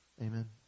amen